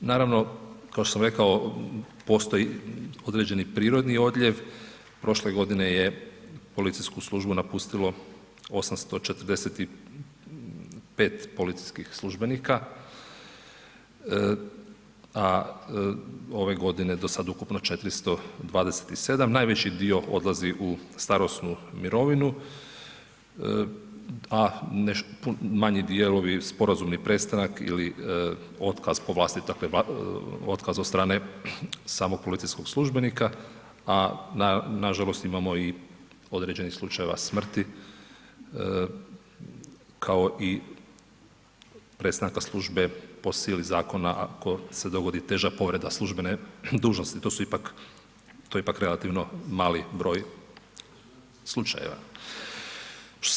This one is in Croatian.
Naravno, kao što sam rekao, postoji određeni prirodni odljev, prošle godine je policijsku službu napustilo 845 policijskih službenika, a ove godine do sad ukupno 427, najveći dio odlazi u starosnu mirovinu, a nešto manji dijelovi sporazumni prestanak ili otkaz po dakle otkaz od strane samog policijskog službenika, a nažalost, imamo i određenih slučajeva smrti, kao i prestanka službe po sili zakona, ako se dogodi teža povreda službene dužnosti, to su ipak, to je ipak relativno mali broj slučajeva.